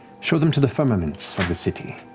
show them to the firmaments of the city.